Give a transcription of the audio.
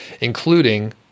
including